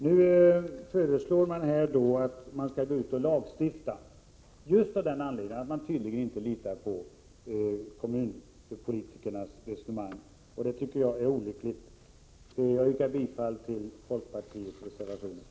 Nu föreslås här en lagstiftning just av den anledningen att man tydligen inte litar på kommunalpolitikernas förmåga. Det tycker jag är olyckligt. Jag yrkar bifall till folkpartiets reservationer.